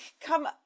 come